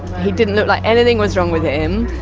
he didn't look like anything was wrong with him.